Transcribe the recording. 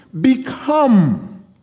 become